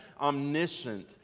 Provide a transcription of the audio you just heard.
omniscient